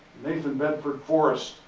nathan bedford forrest,